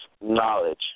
knowledge